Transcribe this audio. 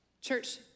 Church